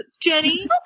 Jenny